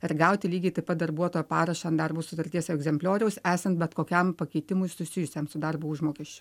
ir gauti lygiai taip pat darbuotojo parašą ant darbo sutarties egzemplioriaus esant bet kokiam pakeitimui susijusiam su darbo užmokesčio